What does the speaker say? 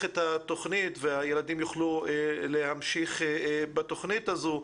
את התוכנית והילדים יוכלו להמשיך בתוכנית הזאת.